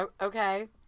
Okay